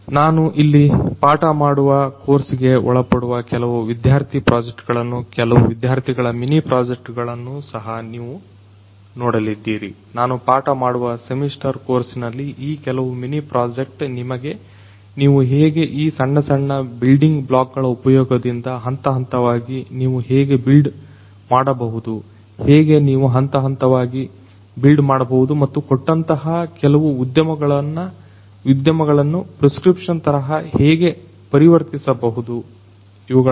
ನಾನು ಇಲ್ಲಿ ಪಾಠಮಾಡುವ ಕೋರ್ಸಿಗೆ ಒಳಪಡುವ ಕೆಲವು ವಿದ್ಯಾರ್ಥಿ ಪ್ರಾಜೆಕ್ಟ್ ಗಳನ್ನು ಕೆಲವು ವಿದ್ಯಾರ್ಥಿಗಳ ಮಿನಿ ಪ್ರಾಜೆಕ್ಟ್ ಗಳನ್ನು ಸಹ ನೀವು ನೋಡಲಿದ್ದೀರಿ ನಾನು ಪಾಠಮಾಡುವ ಸೆಮಿಸ್ಟರ್ ಕೋರ್ಸಿನಲ್ಲಿ ಈ ಕೆಲವು ಮಿನಿ ಪ್ರಾಜೆಕ್ಟ್ ನಿಮಗೆ ನೀವು ಹೇಗೆ ಈ ಸಣ್ಣ ಸಣ್ಣ ಬಿಲ್ಡಿಂಗ್ ಬ್ಲಾಕ್ ಗಳ ಉಪಯೋಗದಿಂದ ಹಂತಹಂತವಾಗಿ ನೀವು ಹೇಗೆ ಬಿಲ್ಡ್ ಮಾಡಬಹುದು ಹೇಗೆ ನೀವು ಹಂತ ಹಂತವಾಗಿ ಬಿಲ್ಡ್ ಮಾಡಬಹುದು ಮತ್ತು ಕೊಟ್ಟಂತಹ ಕೆಲವು ಉದ್ಯಮಗಳನ್ನು ಪ್ರೆಸ್ಕ್ರಿಪ್ಷನ್ ತರಹ ಹೇಗೆ ಪರಿವರ್ತಿಸಬಹುದು ಇವುಗಳನ್ನು ಇಂಡಸ್ಟ್ರಿ4